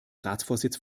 ratsvorsitz